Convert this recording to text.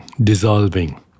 dissolving